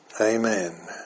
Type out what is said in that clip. amen